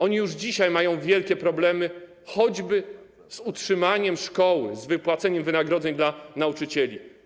Oni już dzisiaj mają wielkie problemy choćby z utrzymaniem szkoły, z wypłacaniem wynagrodzeń dla nauczycieli.